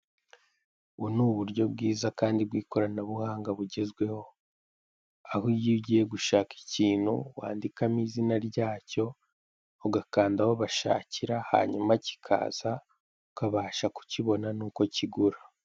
Ubu ni uburyo bwiza kandi bw'ikoranabuhanga bugezweho, aho iyo ugiye gushaka ikintu wandikamo izina ryacyo, ugakanda aho bashakira hanyuma kikaza ukabasha kukibona n'uko kigura.